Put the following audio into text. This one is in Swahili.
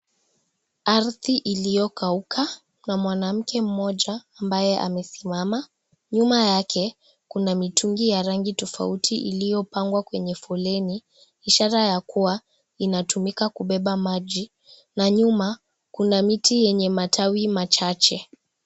Arthi iliyokauka na mwanamke mmoja ambaye amesimama, nyuma yake kuna mitungi ya rangi tofauti, iliyopangwa kwenye foleni, ishara ya kuwa inatumika kubeba maji, na nyuma kuna miti yenye matawi machache.